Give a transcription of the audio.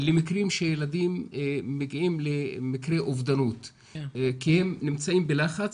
למקרים שילדים מגיעים למקרי אובדנות כי הם נמצאים בלחץ,